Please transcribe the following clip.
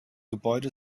gebäude